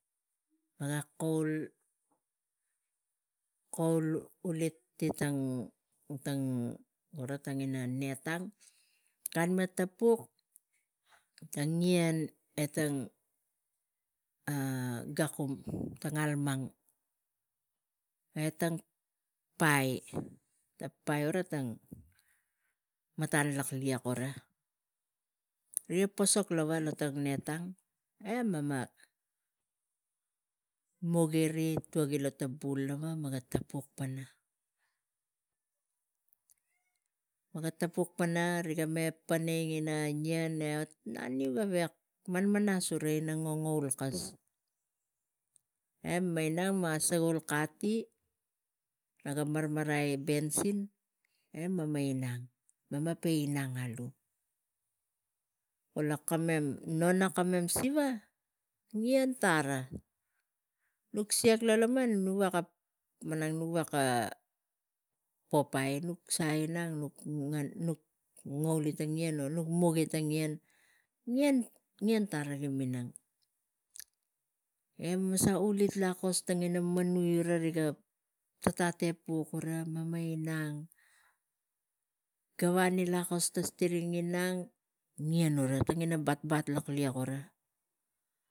Mega kaul aliti tang gava tangina bave yang gan mek tapuk tang ngien eh tang gakum tang ngalmang eh tang pai ta pai uva tang matang laklik uva rik posok lava lo tang bave yang ana mugi ri tugi lo ta bul lava mega tapuk pana mega tapuk pana riga me panai ngina ngina maniu gavek manmanas gura ina agngaul kas eh mana miang mana sagul kali nga marmarai bausin eh mana inang mana pe inang alu kula kamem nona kamem siva ngien tave nuk siak lo laman buk veke kaskas ina kipang nuk sa inang nuk ngauli tang ngien eh nuk nugi tang ngien, ngien tave gi miang eh mem sa ulit lakos tangina manui uva riga tat apuk uva mana inang gavani lakosta ta stiring inang ngien uva tangina kulava laklik uva.